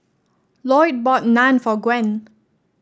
Loyd bought Naan for Gwen